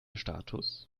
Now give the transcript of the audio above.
status